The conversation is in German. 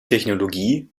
technologie